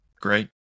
Great